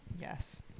Yes